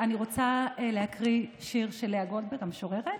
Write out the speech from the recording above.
אני רוצה להקריא שיר של המשוררת